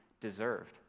deserved